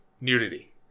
nudity